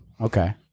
Okay